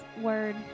word